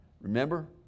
Remember